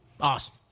awesome